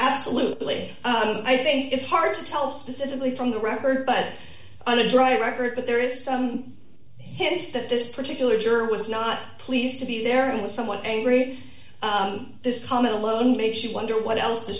absolutely i think it's hard to tell specifically from the record but on the drive record that there is some hints that this particular juror was not pleased to be there in a somewhat angry this comment alone makes you wonder what else t